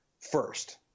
first